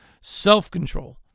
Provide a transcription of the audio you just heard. self-control